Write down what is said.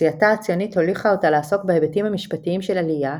עשייתה הציונית הוליכה אותה לעסוק בהיבטים המשפטיים של עלייה,